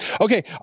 Okay